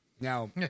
Now